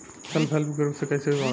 Self help group से कइसे जुड़म?